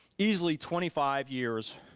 easily twenty five years,